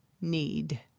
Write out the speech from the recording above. need